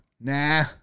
Nah